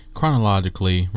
chronologically